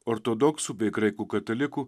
ortodoksų bei graikų katalikų